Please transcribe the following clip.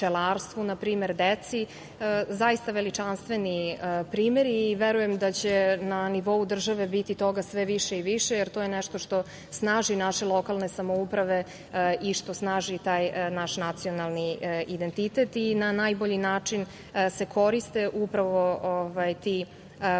pčelarstvu, deci. Zaista veličanstveni primeri i verujem da će na nivou države biti toga sve više i više, jer to je nešto što snaži naše lokalne samouprave i što snaži taj naš nacionalni identitet i na najbolji način se koriste upravo ti kulturni